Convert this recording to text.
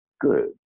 good